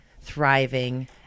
thriving